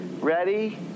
Ready